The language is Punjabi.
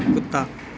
ਕੁੱਤਾ